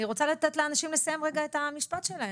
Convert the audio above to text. אני רוצה לתת לאנשים לסיים רגע את המשפט שלהם.